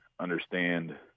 understand